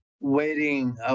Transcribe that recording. waiting